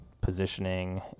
positioning